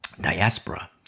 Diaspora